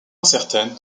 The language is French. incertaine